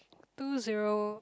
two zero